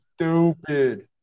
stupid